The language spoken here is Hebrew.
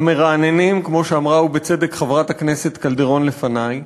המרעננים, כמו שאמרה בצדק חברת הכנסת קלדרון לפני,